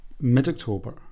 mid-October